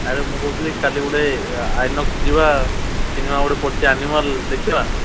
ଆରେ ମୁଁ କହୁଥିଲି କାଲି ଗୋଟେ ଆଇନକ୍ସ ଯିବା ସିନେମା ଗୋଟେ ପଡ଼ିଛି ଆନିମଲ୍ ଦେଖିବା